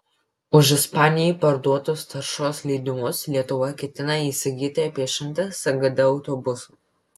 už ispanijai parduotus taršos leidimus lietuva ketina įsigyti apie šimtą sgd autobusų